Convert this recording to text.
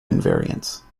invariance